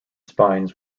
spines